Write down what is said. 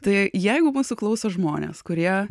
tai jeigu mūsų klauso žmonės kurie